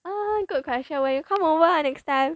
uh good question when you come over ah next time